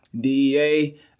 dea